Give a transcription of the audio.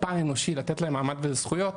הפן האנושי לתת להם מעמד וזכויות?